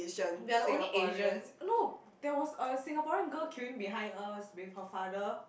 we are the only Asians no there was a Singaporean girl queuing behind us with her father